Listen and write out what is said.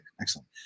Excellent